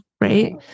Right